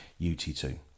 UT2